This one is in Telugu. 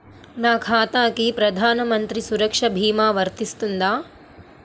నా ఖాతాకి ప్రధాన మంత్రి సురక్ష భీమా వర్తిస్తుందా?